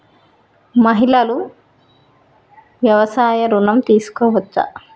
మహిళలు వ్యవసాయ ఋణం తీసుకోవచ్చా?